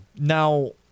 Now